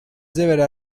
deberá